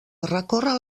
recorre